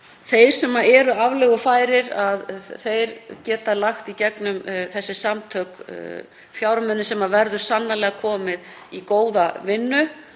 Þeir sem eru aflögufærir geta lagt til í gegnum þessi samtök fjármuni sem verður sannarlega komið í góða vinnu.